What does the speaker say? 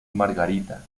margarita